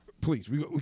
Please